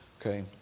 Okay